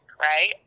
right